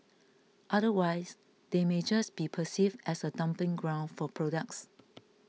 otherwise they may just be perceived as a dumping ground for products